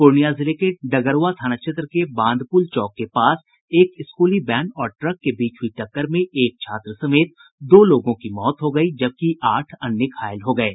पूर्णिया जिले के डगरुआ थाना क्षेत्र में बांधपुल चौक के पास एक स्कूली वैन और ट्रक के बीच हुयी टक्कर में एक छात्र समेत दो लोगों की मौत हो गयी जबकि आठ अन्य घायल हो गये